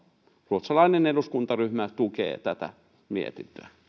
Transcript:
ruotsalainen eduskuntaryhmä tukee tätä mietintöä